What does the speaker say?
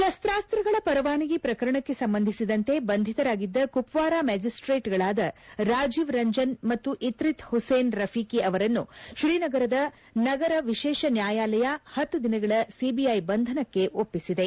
ಶಸ್ತಾಸ್ತ್ರಗಳ ಪರವಾನಗಿ ಪ್ರಕರಣಕ್ಕೆ ಸಂಬಂಧಿಸಿದಂತೆ ಬಂಧಿತರಾಗಿದ್ದ ಕುಪ್ವಾರಾ ಮ್ಯಾಜಿಸ್ಟೇಟ್ ಗಳಾದ ರಾಜಿವ್ ರಂಜನ್ ಮತ್ತು ಇತ್ರಿತ್ ಹುಸೇನ್ ರಫಿಕಿ ಅವರನ್ನು ಶ್ರೀನಗರದ ವಿಶೇಷ ನ್ಯಾಯಾಲಯ ಹತ್ತು ದಿನಗಳ ಸಿಬಿಐ ಬಂಧನಕ್ಕೆ ಒಪ್ಪಿಸಿದೆ